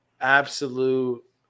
absolute